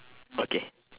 okay